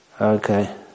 Okay